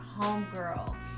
homegirl